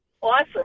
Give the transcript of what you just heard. Awesome